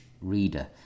reader